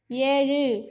ஏழு